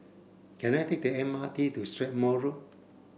can I take the M R T to Strathmore Road